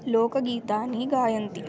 लोकगीतानि गायन्ति